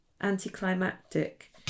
anticlimactic